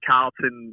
Carlton